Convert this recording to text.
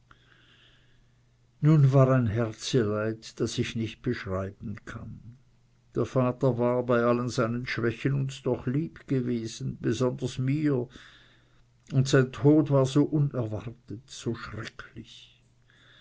nun war ein herzenleid das ich nicht beschreiben kann der vater war bei allen seinen schwächen uns doch lieb gewesen besonders mir und sein tod war so unerwartet so schrecklich